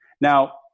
Now